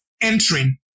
entering